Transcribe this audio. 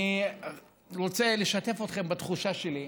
אני רוצה לשתף אתכם בתחושה שלי.